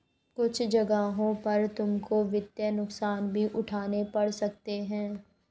कुछ जगहों पर तुमको वित्तीय नुकसान भी उठाने पड़ सकते हैं